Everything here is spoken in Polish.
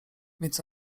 więc